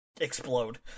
explode